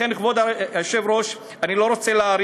לכן, כבוד היושב-ראש, אני לא רוצה להאריך.